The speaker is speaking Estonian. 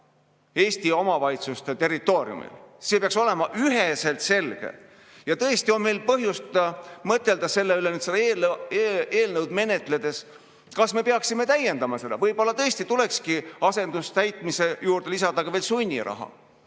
Eesti omavalitsuste territooriumil. See peaks olema üheselt selge. Ja tõesti on meil põhjust mõtelda seda eelnõu menetledes selle üle, kas me peaksime täiendama seda. Võib-olla tõesti tulekski asendustäitmise juurde lisada ka veel sunniraha